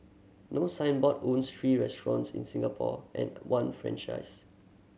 no Signboard owns three restaurants in Singapore and one franchisee